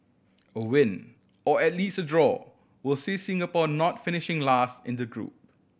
a win or at least a draw will see Singapore not finishing last in the group